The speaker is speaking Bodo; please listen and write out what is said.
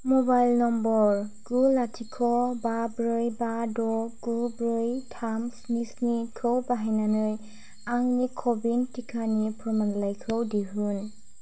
म'बाइल नम्बर गु लाथिख' बा ब्रै बा द' गु ब्रै थाम स्नि स्नि खौ बाहायनानै आंनि क' विन टिकानि फोरमानलाइखौ दिहुन